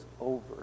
over